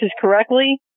correctly